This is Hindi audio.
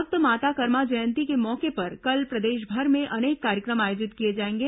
भक्त माता कर्मा जयंती के मौके पर कल प्रदेशभर में अनेक कार्यक्रम आयोजित किए जाएंगे